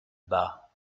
bas